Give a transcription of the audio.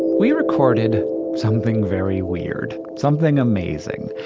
we recorded something very weird. something amazing.